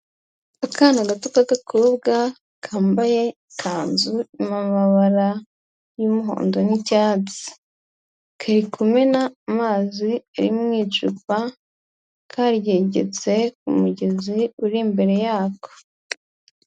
Akana gato k'agakobwa kambaye ikanzu irimo amabara y'umuhondo n'icyatsi, kari kumena amazi ari mu icupa, karyegetse ku mugezi uri imbere yako.